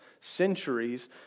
centuries